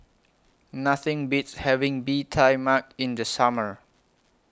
Nothing Beats having Bee Tai Mak in The Summer